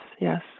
yes